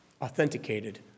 authenticated